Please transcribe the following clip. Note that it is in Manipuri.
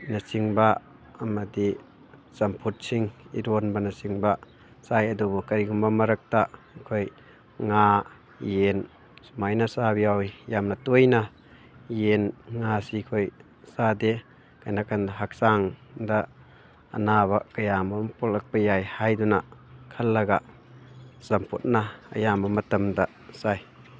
ꯅꯆꯤꯡꯕ ꯑꯃꯗꯤ ꯆꯝꯐꯨꯠꯁꯤꯡ ꯏꯔꯣꯟꯕꯅ ꯆꯤꯡꯕ ꯆꯥꯏ ꯑꯗꯨꯕꯨ ꯀꯔꯤꯒꯨꯝꯕ ꯃꯔꯛꯇ ꯑꯩꯈꯣꯏ ꯉꯥ ꯌꯦꯟ ꯁꯨꯃꯥꯏꯅ ꯆꯥꯕ ꯌꯥꯎꯋꯤ ꯌꯥꯝꯅ ꯇꯣꯏꯅ ꯌꯦꯟ ꯉꯥꯁꯤ ꯑꯩꯈꯣꯏ ꯆꯥꯗꯦ ꯀꯩꯅꯣ ꯍꯥꯏ ꯀꯥꯟꯗ ꯍꯛꯆꯥꯡꯗ ꯑꯅꯥꯕ ꯀꯌꯥ ꯃꯔꯨꯝ ꯄꯣꯛꯂꯛꯄ ꯌꯥꯏ ꯍꯥꯏꯗꯨꯅ ꯈꯜꯂꯒ ꯆꯝꯐꯨꯠꯅ ꯑꯌꯥꯝꯕ ꯃꯇꯝꯗ ꯆꯥꯏ